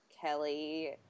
Kelly